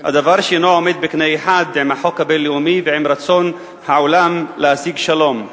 הדבר אינו עולה בקנה אחד עם החוק הבין-לאומי ועם רצון העולם להשיג שלום.